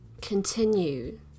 continue